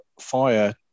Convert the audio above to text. fire